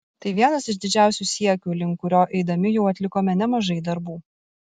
tai vienas iš didžiausių siekių link kurio eidami jau atlikome nemažai darbų